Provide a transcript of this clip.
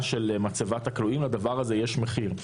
של מצבת הכלואים לדבר הזה יש מחיר.